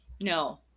No